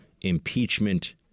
impeachment